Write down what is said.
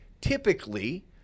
typically